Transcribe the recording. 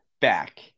back